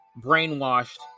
brainwashed